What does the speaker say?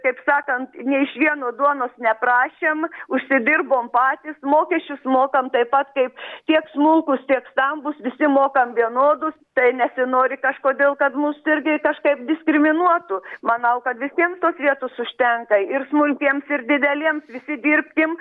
kaip sakant ne iš vieno duonos neprašėm užsidirbom patys mokesčius mokam taip pat kaip tiek smulkūs tiek stambūs visi mokam vienodus tai nesinori kažkodėl kad mus irgi kažkaip diskriminuotų manau kad visiems tos vietos užtenka ir smulkiems ir dideliems visi dirbkim